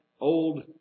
old